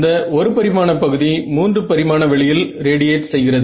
இந்த ஒரு பரிமாண பகுதி மூன்று பரிமாண வெளியில் ரேடியேட் செய்கிறது